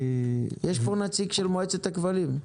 יש פה נציג של מועצת הכבלים?